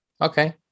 okay